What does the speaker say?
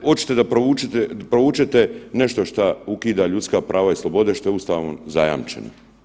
Hoćete da proučite nešto što ukida ljudska prava i slobode, što je Ustavom zajamčeno.